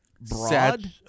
broad